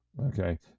Okay